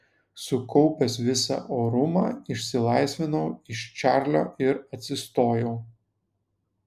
sukaupęs visą orumą išsilaisvinau iš čarlio ir atsistojau